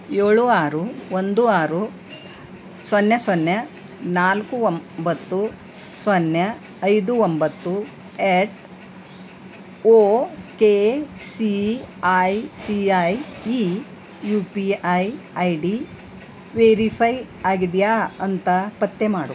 ಏಳು ಆರು ಒಂದು ಆರು ಸೊನ್ನೆ ಸೊನ್ನೆ ನಾಲ್ಕು ಒಂಬತ್ತು ಸೊನ್ನೆ ಐದು ಒಂಬತ್ತು at O K C I C I E U P I I D verify ಆಗಿದೆಯಾ ಅಂತ ಪತ್ತೆ ಮಾಡು